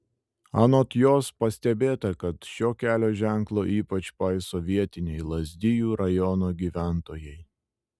anot jos pastebėta kad šio kelio ženklo ypač paiso vietiniai lazdijų rajono gyventojai